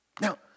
Now